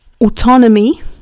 autonomy